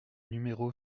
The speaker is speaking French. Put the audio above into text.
numéro